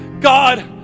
God